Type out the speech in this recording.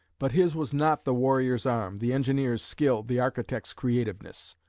but his was not the warrior's arm, the engineer's skill, the architect's creativeness.